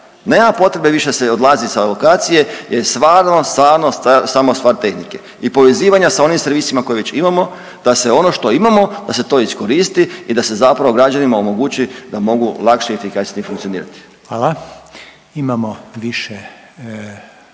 nema potrebe više se odlazi sa lokacije jer stvarno, stvarno je samo stvar tehnike i povezivanja sa onim servisima koja već imamo da se ono što imamo da se to iskoristi i da se zapravo građanima omogući da mogu lakše i efikasnije funkcionirati. **Reiner,